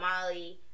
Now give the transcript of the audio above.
Molly